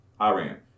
Iran